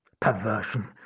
perversion